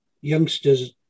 youngsters